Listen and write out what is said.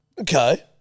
Okay